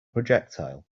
projectile